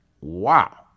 Wow